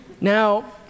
Now